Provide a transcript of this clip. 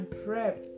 prep